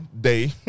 day